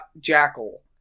Jackal